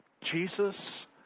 Jesus